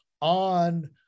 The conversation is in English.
on